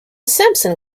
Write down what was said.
sampson